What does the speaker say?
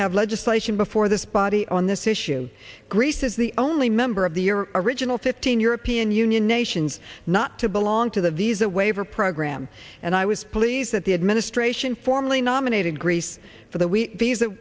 have legislation before this body on this issue greece is the only member of the your original fifteen european union nations not to belong to the visa waiver program and i was pleased that the administration formally nominated greece for the we these a